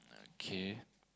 okay